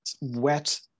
wet